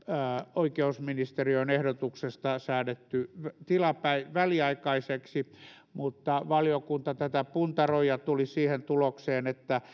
oikeusministeriön ehdotuksessa säädetty väliaikaiseksi mutta valiokunta tätä puntaroi ja tuli siihen tulokseen että